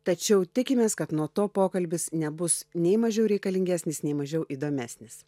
tačiau tikimės kad nuo to pokalbis nebus nei mažiau reikalingesnis nei mažiau įdomesnis